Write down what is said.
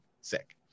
sick